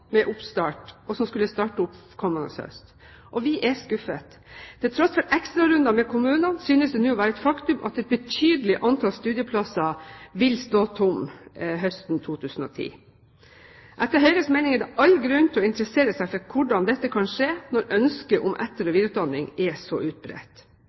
med oppstart kommende høst. Og vi er skuffet. Til tross for ekstrarunder med kommunene synes det nå å være et faktum at et betydelig antall studieplasser vil stå tomme høsten 2010. Etter Høyres mening er det all grunn til å interessere seg for hvordan dette kan skje når ønsket om etter- og videreutdanning er så utbredt.